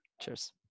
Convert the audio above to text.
Cheers